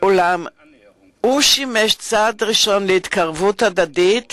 אולם הוא שימש צעד ראשון להתקרבות הדדית,